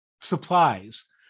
supplies